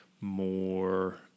more